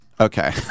Okay